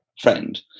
friend